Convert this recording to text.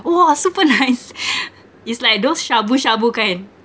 !wah! super nice is like those shabu shabu kind